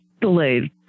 delayed